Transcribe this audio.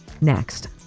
next